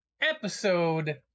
episode